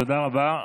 תודה רבה.